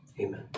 Amen